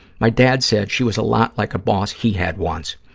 my dad said she was a lot like a boss he had once.